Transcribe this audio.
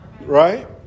right